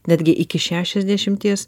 netgi iki šešiasdešimties